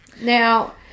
now